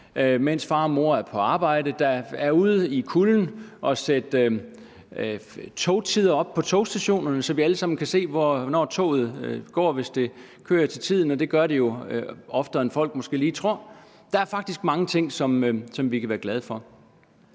mens far og mor er på arbejde; der er ude i kulden og sætte togtider op på togstationerne, så vi alle sammen kan se, hvornår toget går, hvis det kører til tiden, og det gør det jo oftere, end folk måske lige tror. Der er faktisk mange ting, som vi kan være glade for.